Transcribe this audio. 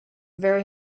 very